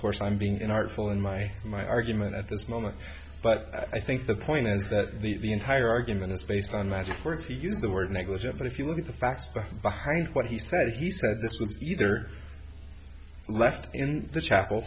course i'm being an artful in my my argument at this moment but i think the point is that the entire argument is based on magic words to use the word negligent but if you look at the facts behind what he said he said this was either left in the chapel